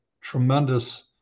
tremendous